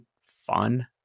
fun